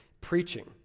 preaching